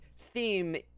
theme